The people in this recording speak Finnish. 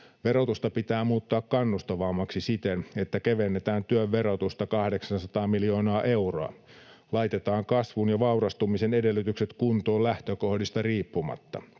Verotusta pitää muuttaa kannustavammaksi siten, että kevennetään työn verotusta 800 miljoonaa euroa, laitetaan kasvun ja vaurastumisen edellytykset kuntoon lähtökohdista riippumatta,